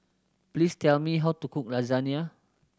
please tell me how to cook Lasagne